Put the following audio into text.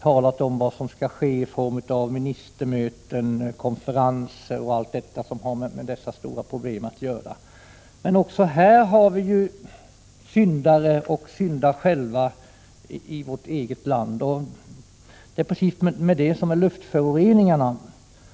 talas det om vad som skall ske i form av ministermöten, konferenser och annat. Men även här har vi syndat själva i vårt eget land. Det är med detta som med luftföroreningarna.